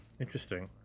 Interesting